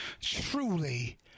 Truly